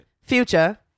Future